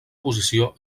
posició